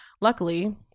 Luckily